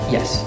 Yes